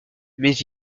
mais